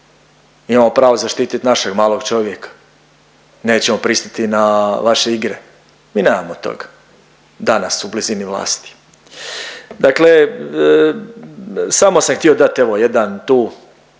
imamo pravo zaštitit našeg malog čovjeka, nećemo pristati na vaše igre, mi nemamo tog danas u blizini vlasti. Dakle samo sam htio dat evo, jedan tu